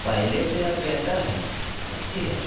पहले से अब बेहतर है अच्छा है